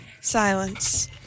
Silence